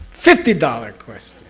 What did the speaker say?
fifty dollars question!